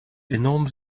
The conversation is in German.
enorm